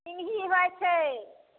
सिंही होइ छै